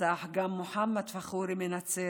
נרצח גם מחמוד פאחורי מנצרת,